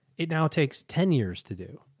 it now takes ten years to do.